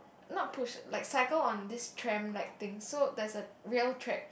not push like cycle on this tram like thing so there was a rail track